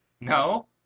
No